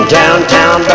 downtown